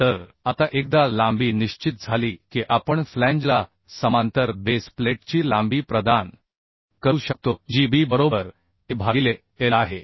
तर आता एकदा लांबी निश्चित झाली की आपण फ्लॅंजला समांतर बेस प्लेटची लांबी प्रदान करू शकतो जी b बरोबर a भागिले l आहे